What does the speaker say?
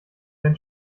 dein